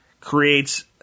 creates